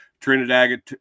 Trinidad